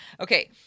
Okay